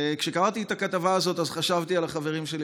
כשקראתי את הכתבה הזאת אז חשבתי על החברים שלי,